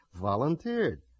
Volunteered